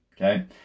Okay